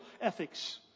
ethics